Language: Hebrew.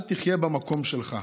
אל תחיה במקום שלך,